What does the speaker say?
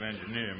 engineer